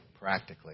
practically